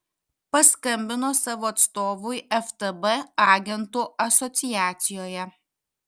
paskambino savo atstovui ftb agentų asociacijoje